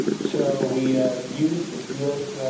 so we used the u s.